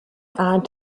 add